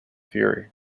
fury